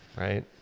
right